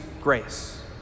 grace